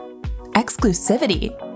Exclusivity